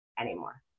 anymore